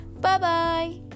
Bye-bye